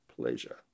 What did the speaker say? pleasure